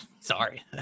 sorry